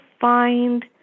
find